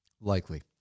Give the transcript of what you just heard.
Likely